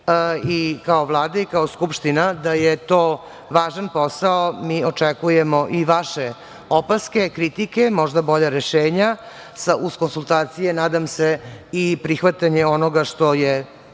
i kao Vlada i kao Skupština, da je to važan posao, mi očekujemo i vaše opaske, kritike, možda bolja rešenja sa uz konsultacije, nadam se i prihvatanje onog što je